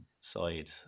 side